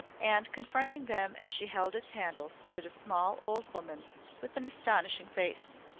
and confronting them as she held its handle stood a small old woman with an astonishing face.